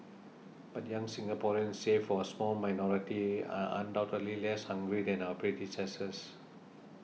but young Singaporeans save for a small minority are undoubtedly less hungry than our predecessors